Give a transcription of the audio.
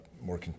more